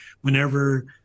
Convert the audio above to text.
whenever